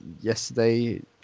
Yesterday